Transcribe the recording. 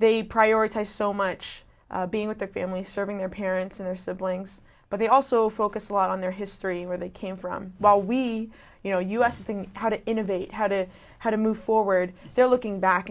they prioritize so much being with their family serving their parents and their siblings but they also focus a lot on their history where they came from while we you know us thing how to innovate how to how to move forward they're looking back